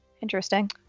interesting